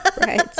right